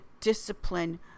discipline